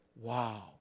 Wow